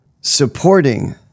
supporting